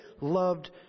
loved